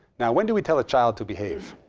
now when do we tell a child to behave?